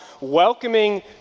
welcoming